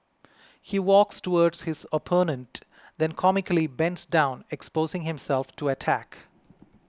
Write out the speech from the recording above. he walks towards his opponent then comically bends down exposing himself to attack